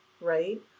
right